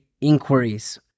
inquiries